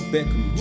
Beckham